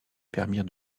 permirent